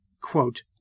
Quote